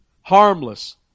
harmless